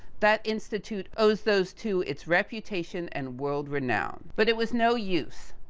that institute owes those two, its reputation and world renown. but it was no use.